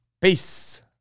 Peace